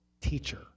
teacher